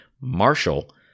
Marshall